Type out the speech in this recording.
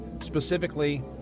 specifically